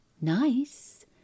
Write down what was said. nice